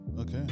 Okay